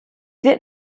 wird